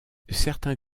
certains